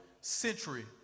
century